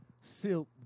Silk